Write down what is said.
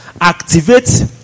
activate